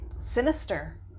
Sinister